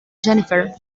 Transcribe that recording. jennifer